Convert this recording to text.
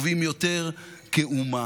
טובים יותר כאומה.